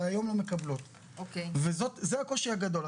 והיום הן מקבלות - זה הקושי הגדול.